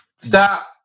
Stop